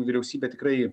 vyriausybė tikrai